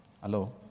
Hello